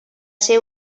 ser